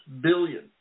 billion